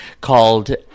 called